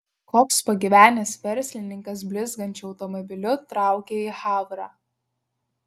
koks pagyvenęs verslininkas blizgančiu automobiliu traukia į havrą